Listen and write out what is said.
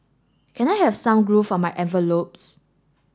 can I have some glue for my envelopes